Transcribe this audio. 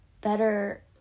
better